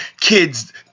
Kids